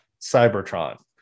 Cybertron